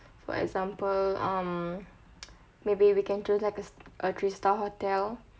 for example um maybe we can do like it's a a three star hotel